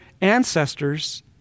ancestors